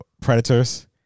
Predators